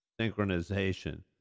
synchronization